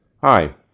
Hi